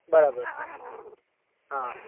બરાબર છે હા